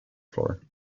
floor